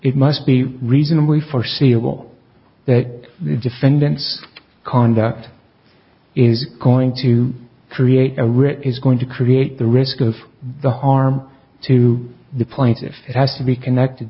it must be reasonably foreseeable that the defendant's conduct is going to create a writ is going to create the risk of the harm to the point if it has to be connected